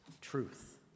truth